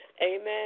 Amen